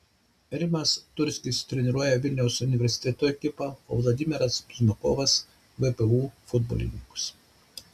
rimas turskis treniruoja vilniaus universiteto ekipą o vladimiras buzmakovas vpu futbolininkus